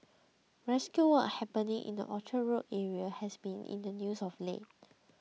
rescue work happening in the Orchard Road area has been in the news of late